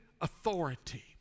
authority